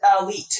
elite